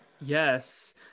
Yes